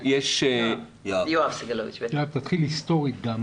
אני אומר איך אני רואה את הדברים,